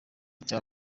cya